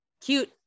cute